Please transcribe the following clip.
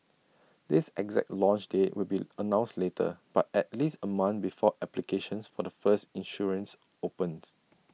this exact launch date will be announced later but at least A month before applications for the first insurance opens